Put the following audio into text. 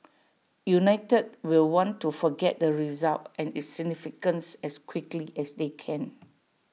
united will want to forget the result and its significance as quickly as they can